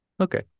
Okay